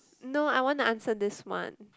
no I want to answer this one